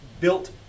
built